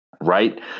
Right